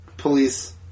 police